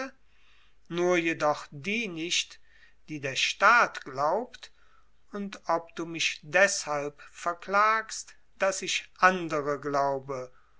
nur jedoch die nicht die der staat glaubt und ob du mich deshalb verklagst daß ich andere glaube